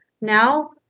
now